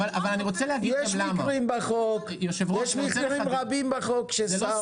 יש מקרים רבים בחוק ששר